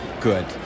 good